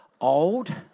old